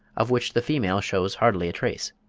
of which the female shows hardly a trace.